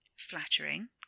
Flattering